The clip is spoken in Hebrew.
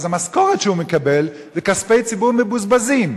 אז המשכורת שהוא מקבל זה כספי ציבור מבוזבזים.